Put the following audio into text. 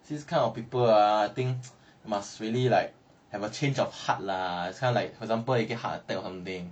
this kind of people ah think must really like have a change of heart lah it's kind of like for example you get heart attack or something